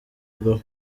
bwo